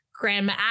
Grandma